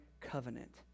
covenant